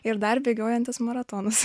ir dar bėgiojantis maratonus